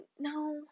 No